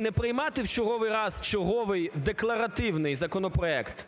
не приймати в черговий раз черговий декларативний законопроект.